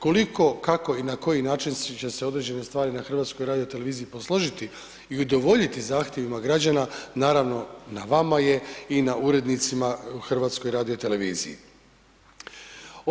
Koliko, kako i na koji način će se određene stvari na HRT-u posložiti i udovoljiti zahtjevima građana, naravno na vama je i na urednicima na HRT-u.